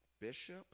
Bishop